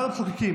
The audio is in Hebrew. אחד המחוקקים,